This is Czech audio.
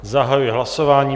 Zahajuji hlasování.